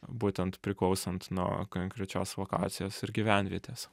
būtent priklausant nuo konkrečios lokacijos ir gyvenvietės